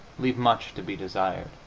leave much to be desired.